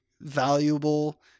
valuable